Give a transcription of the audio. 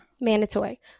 Mandatory